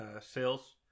sales